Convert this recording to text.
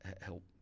help